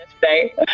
today